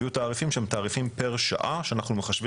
ויהיו תעריפים שהם תעריפים פר שעה שאנחנו מחשבים